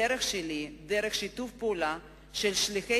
הדרך שלי היא דרך שיתוף הפעולה של שליחי